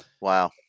Wow